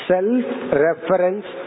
Self-reference